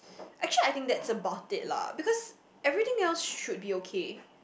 actually I think that's about it lah because everything else should be okay